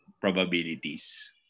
probabilities